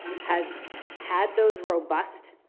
has had those robust